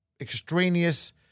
extraneous